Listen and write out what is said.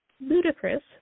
ludicrous